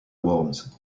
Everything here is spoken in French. worms